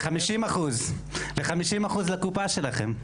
50% ו-50% לקופה שלכם.